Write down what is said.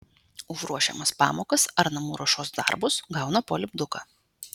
už ruošiamas pamokas ar namų ruošos darbus gauna po lipduką